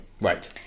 Right